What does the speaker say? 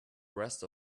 rest